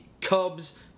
Cubs